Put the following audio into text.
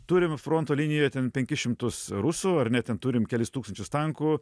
turim fronto linijoje ten penkis šimtus rusų ar ne ten turim kelis tūkstančius tankų